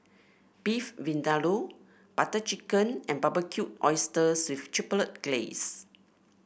Beef Vindaloo Butter Chicken and Barbecued Oysters with Chipotle Glaze